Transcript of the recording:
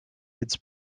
its